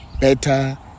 better